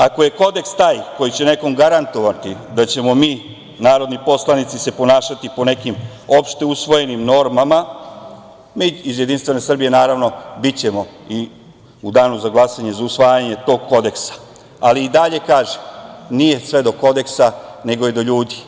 Ako je Kodeks taj koji će nekom garantovati da ćemo mi, narodni poslanici, se ponašati po nekim opšte usvojenim normama, mi iz JS naravno ćemo biti i danu za glasanje za usvajanje tog kodeksa, ali i dalje, kažem, nije sve do Kodeksa, nego je do ljudi.